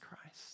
Christ